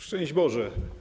Szczęść Boże!